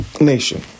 nation